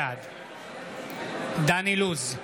בעד דן אילוז,